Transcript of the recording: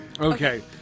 Okay